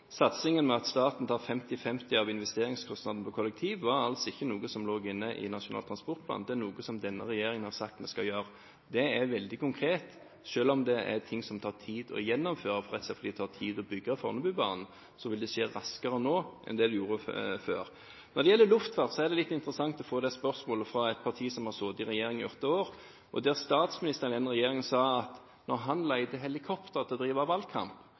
staten tar 50:50 av investeringskostnadene ved kollektivutbygging, var ikke noe som lå inne i Nasjonal transportplan. Det er noe som denne regjeringen har sagt den skal gjøre. Det er veldig konkret. Selv om dette er ting som det tar tid å gjennomføre – rett og slett fordi det tar tid å bygge Fornebubanen – vil det skje raskere nå enn det det gjorde før. Når det gjelder luftfart, er det litt interessant å få det spørsmålet fra et parti som satt i regjering i åtte år. Statsministeren i den regjeringen sa at når han leide helikopter for å drive valgkamp,